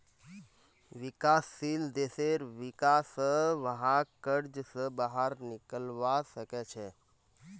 विकासशील देशेर विका स वहाक कर्ज स बाहर निकलवा सके छे